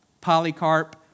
Polycarp